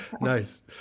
Nice